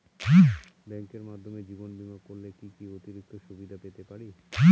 ব্যাংকের মাধ্যমে জীবন বীমা করলে কি কি অতিরিক্ত সুবিধে পেতে পারি?